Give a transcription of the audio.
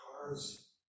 cars